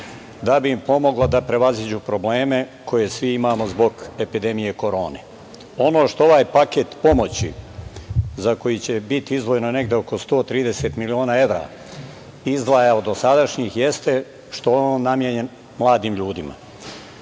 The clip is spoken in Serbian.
da bi im pomogla da prevaziđu probleme koje svi imamo zbog epidemije korone. Ono što ovaj paket pomoći, za koji će biti izdvojeno negde oko 130 miliona evra, izdvaja od dosadašnjih jeste što je on namenjen mladim ljudima.